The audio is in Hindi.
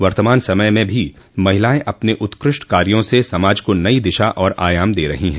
वर्तमान समय में भी महिलायें अपने उत्कृष्ट कार्यो से समाज को नई दिशा और आयाम दे रही है